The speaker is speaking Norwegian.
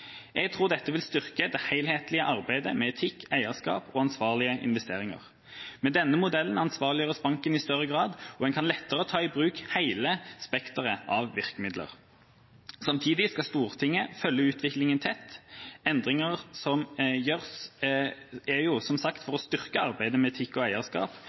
Jeg tror dette vil styrke det helhetlige arbeidet med etikk, eierskap og ansvarlige investeringer. Med denne modellen ansvarliggjøres banken i større grad, og en kan lettere ta i bruk hele spekteret av virkemidler. Samtidig skal Stortinget følge utviklinga tett. Endringa gjøres jo som sagt for å styrke arbeidet med etikk, eierskap og